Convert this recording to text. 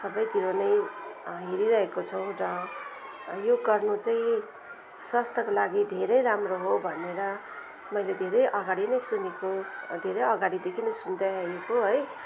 सबैतिर नै हेरिरहेको छौँ र यो गर्नु चाहिँ स्वास्थ्यको लागि धेरै राम्रो हो भनेर मैले धेरै अगाडि नै सुनेको धेरै अगाडिदेखि नै सुन्दै आएको है